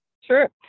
sure